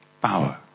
Power